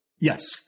Yes